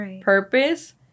purpose